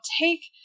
take